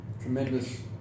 tremendous